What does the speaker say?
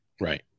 right